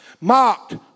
mocked